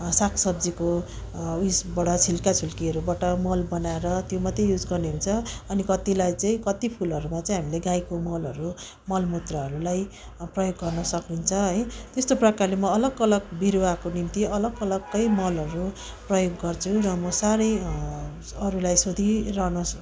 सागसब्जीको उसबाट छिल्काछिल्कीहरूबाट मल बनाएर त्यो मात्रै युज गर्ने हुन्छ अनि कतिलाई चाहिँ कत्ति फुलहरूमा चाहिँ हामीले गाईको मलहरू मलमूत्रहरूलाई प्रयोग गर्न सकिन्छ है त्यस्तो प्रकारले म अलग अलग बिरुवाको निम्ति अलग अलगै मलहरू प्रयोग गर्छु र म साह्रै अरूलाई सोधिरहन